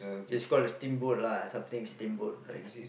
is called a steamboat lah something steamboat right